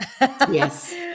Yes